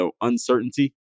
uncertainty